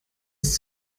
ist